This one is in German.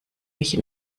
mich